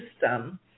system